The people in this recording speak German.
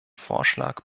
vorschlag